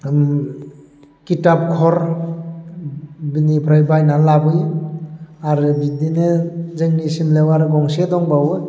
आङो किताबघर बिनिफ्राय बायनानै लाबोयो आरो बिदिनो जोंनि सिमलायाव आरो गंसे दंबावो